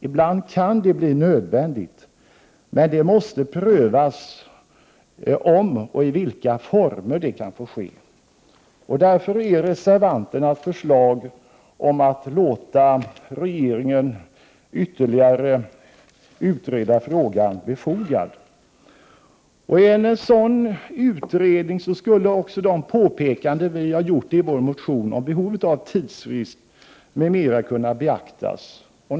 Ibland kan det bli nödvändigt, men det måste prövas om och i vilka former det kan få ske. Därför är reservanternas förslag, att låta regeringen ytterligare utreda frågan, befogat. I en sådan utredning skulle också de påpekanden vi gjort i vår motion om behovet av tidsfrist m.m. kunna beaktas.